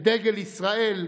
את דגל ישראל,